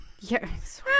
Yes